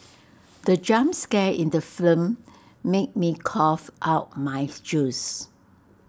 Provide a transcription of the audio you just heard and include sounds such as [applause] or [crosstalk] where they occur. the jump scare in the film made me cough out my [noise] juice